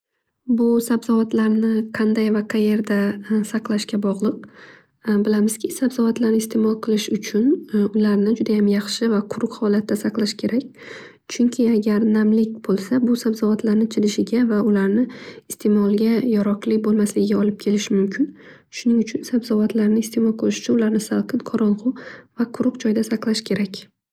Bu sabzavotlarni qanday va qayerda saqlashga bog'liq. Bilamizki sabzavotlar istemol qilish uchun ularni judayam yaxshi va quruq holatda saqlash kerak. Chunki agar namlik bo'lsa bu sabzavotlarni chirishiga va ularni istemolga yaroqli bo'lmasligiga olib kelishi mumkin. Shuning uchun sabzavotlarni istemol qilish uchun salqin quruq va qorong'i joyda saqlash kerak.